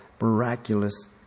miraculous